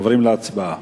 עוברים להצבעה.